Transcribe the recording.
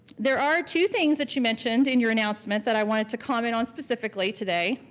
there are two things that you mentioned in your announcement that i wanted to comment on specifically today.